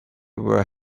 were